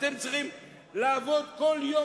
אתם צריכים לעבוד כל יום,